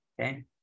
okay